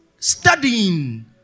Studying